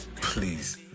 Please